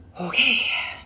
Okay